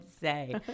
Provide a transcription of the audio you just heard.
say